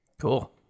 Cool